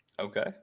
Okay